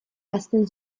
ahazten